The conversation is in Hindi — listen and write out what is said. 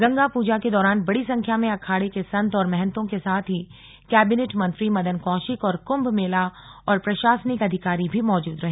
गंगा पूजा के दौरान बड़ी संख्या में अखाड़े के संत और महंतों के साथ ही कैबिनेट मंत्री मदन कौशिक और कुम्भ मेला और प्रशासनिक अधिकारी भी मौजूद रहे